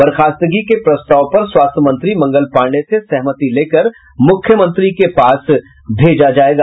बर्खास्तगी के प्रस्ताव पर स्वास्थ्य मंत्री मंगल पांडेय से सहमति लेकर मुख्यमंत्री के पास भेजा जायेगा